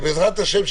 בעזרת השם,